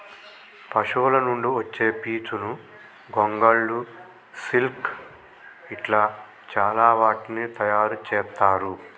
పశువుల నుండి వచ్చే పీచును గొంగళ్ళు సిల్క్ ఇట్లా చాల వాటిని తయారు చెత్తారు